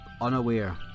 unaware